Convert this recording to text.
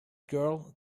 girl